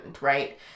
right